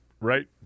Right